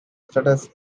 status